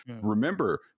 Remember